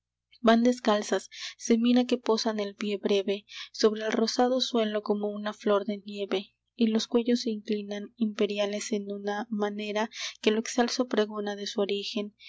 van descalzas se mira que posan el pie breve sobre el rosado suelo como una flor de nieve y los cuellos se inclinan imperiales en una manera que lo excelso pregona de su origen